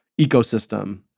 ecosystem